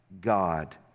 God